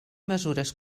mesures